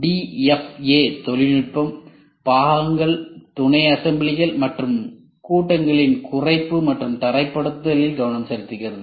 DFA நுட்பம் பாகங்கள் துணை அசம்பிளிகள் மற்றும் கூட்டங்களின் குறைப்பு மற்றும் தரப்படுத்தலில் கவனம் செலுத்துகிறது